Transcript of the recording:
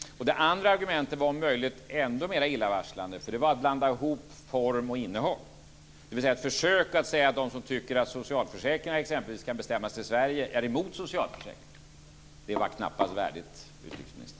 Den andra argumentet var om möjligt ännu mer illavarslande. Där blandar utrikesministern ihop form och innehåll, dvs. det var ett försök att säga att de som tycker att exempelvis socialförsäkringarna inte behöver bestämmas om i Sverige är emot socialförsäkringarna. Det var knappast värdigt utrikesministern.